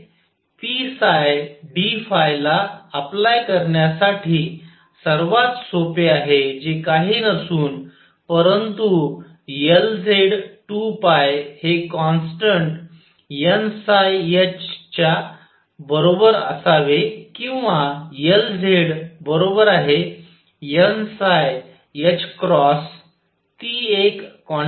Pdϕ ला अप्लाय करण्यासाठी सर्वात सोपे आहे जे काही नसून परंतु Lz2π हे कॉन्स्टन्ट nh च्या बरोबर असावे किंवा Lzn ती एक क्वांटम कंडिशन आहे